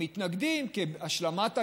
הם מתנגדים כי השלמת הגדר,